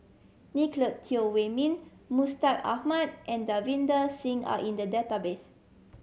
Nicolette Teo Wei Min Mustaq Ahmad and Davinder Singh are in the database